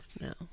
No